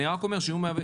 אני רק אומר שהוא --- לא,